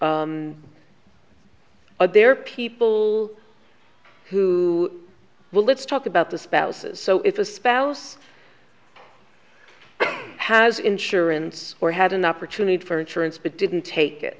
but there are people who will let's talk about the spouses so if a spouse has insurance or had an opportunity for insurance but didn't take it